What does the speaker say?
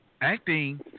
acting